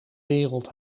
wereld